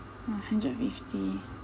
!wah! hundred fifty